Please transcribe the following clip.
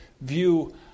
view